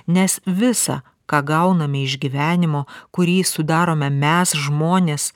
nes visa ką gauname iš gyvenimo kurį sudarome mes žmonės